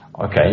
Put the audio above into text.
Okay